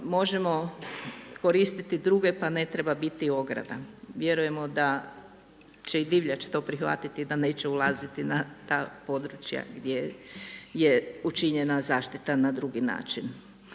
možemo koristiti druge pa ne treba biti ograda, vjerujemo da će i divljač to prihvatiti da neće ulaziti na ta područja gdje je učinjena zaštita na drugi način.